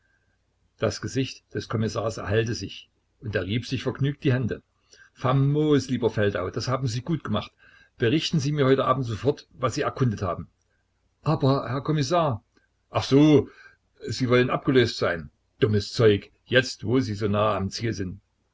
das gesicht des kommissars erhellte sich und er rieb sich vergnügt die hände famos lieber feldau das haben sie gut gemacht berichten sie mir heute abend sofort was sie erkundet haben aber herr kommissar ach so sie wollen abgelöst sein dummes zeug jetzt wo sie so nahe am ziel sind